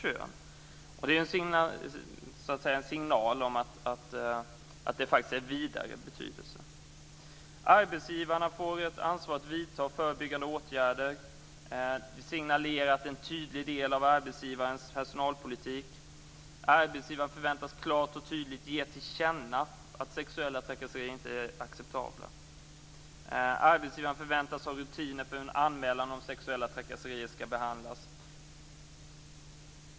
Skillnaden kan tyckas vara enbart semantisk, men detta är en signal om att det hela har en vidare betydelse. Arbetsgivarna får ett ansvar att vidta förebyggande åtgärder. Det signalerar att detta är en tydlig del av arbetsgivarens personalpolitik. Arbetsgivaren förväntas klart och tydligt ge till känna att sexuella trakasserier inte är acceptabla. Arbetsgivaren förväntas ha rutiner för hur en anmälan om sexuella trakasserier skall behandlas.